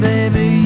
Baby